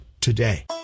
today